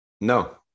No